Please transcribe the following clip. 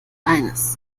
eines